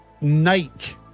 Nike